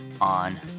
on